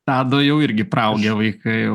tado jau irgi praaugę vaikai jau